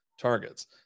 targets